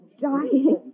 dying